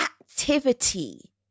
activity